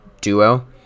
duo